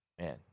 Man